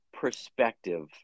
perspective